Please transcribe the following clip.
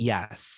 Yes